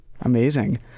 Amazing